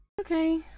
Okay